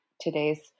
today's